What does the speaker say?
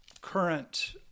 current